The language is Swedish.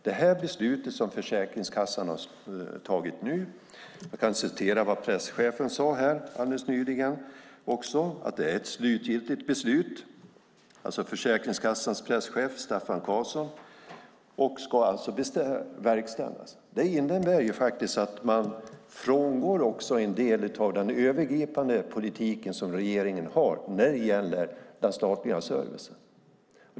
Det beslut som Försäkringskassan har tagit nu - jag kan citera vad presschefen för Försäkringskassan Staffan Karlsson sade - är slutgiltigt. Det ska alltså verkställas. Det innebär att man frångår en del av den övergripande politik som regeringen har när det gäller den statliga servicen.